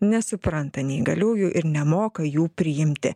nesupranta neįgaliųjų ir nemoka jų priimti